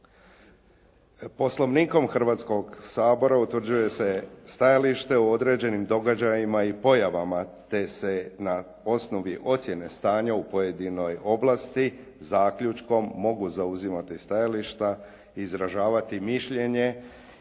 Poslovnikom Hrvatskog sabora utvrđuje se stajalište o o određenim događajima i pojavama, te se na osnovi ocjene stanja u pojedinoj ovlasti, zaključkom mogu zauzimati stajališta i izražavati mišljenje